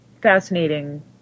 fascinating